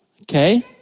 Okay